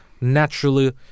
naturally